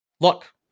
Look